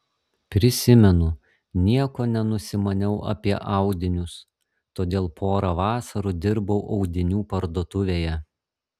prisimenu nieko nenusimaniau apie audinius todėl porą vasarų dirbau audinių parduotuvėje